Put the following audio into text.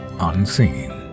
Unseen